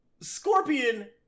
Scorpion